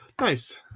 Nice